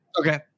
Okay